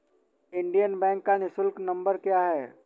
Indian bank का निःशुल्क number क्या है?